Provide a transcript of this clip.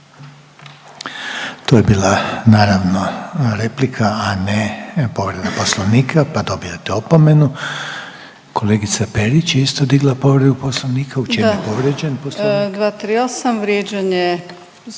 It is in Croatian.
To je bila naravno replika, a ne povreda poslovnika pa dobijate opomenu. Kolegica Perić je isto digla povredu poslovnika. U čemu je povrijeđen poslovnik?